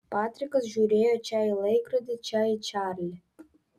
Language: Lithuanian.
patrikas žiūrėjo čia į laikrodį čia į čarlį